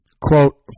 Quote